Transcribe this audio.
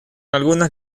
algunas